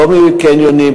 לא מקניונים.